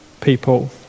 people